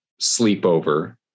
sleepover